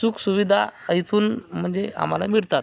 सुखसुविधा इथून म्हणजे आम्हाला मिळतात